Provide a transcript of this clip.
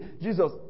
Jesus